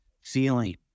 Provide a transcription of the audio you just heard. feeling